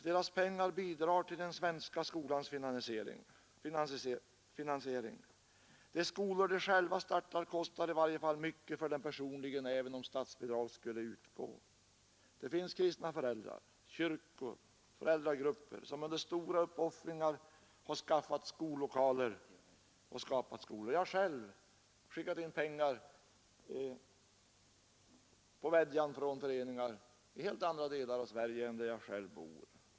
Deras pengar bidrar till den svenska skolans finansiering. De skolor som de själva startar kostar i varje fall mycket pengar för dem personligen, Det finns kristna föräldrar, kyrkor och föräldragrupper, som under stora uppoffringar har skaffat skollokaler och startat skolor. Jag har själv skickat in pengar till sådana på vädjan från föreningar i helt andra delar av Sverige än den där jag själv bor.